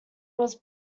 was